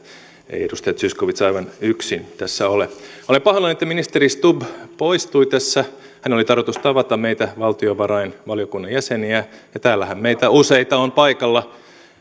ei edustaja zyskowicz aivan yksin tässä ole olen pahoillani että ministeri stubb poistui hänen oli tarkoitus tavata meitä valtiovarainvaliokunnan jäseniä ja täällähän meitä useita on paikalla